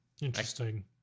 Interesting